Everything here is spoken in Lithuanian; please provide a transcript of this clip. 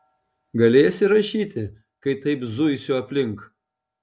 galėsi rašyti kai taip zuisiu aplink